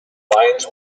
lions